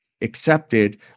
accepted